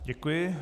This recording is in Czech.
Děkuji.